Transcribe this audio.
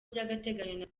by’agateganyo